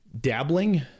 dabbling